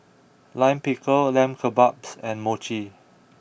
Lime Pickle Lamb Kebabs and Mochi